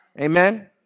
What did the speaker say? Amen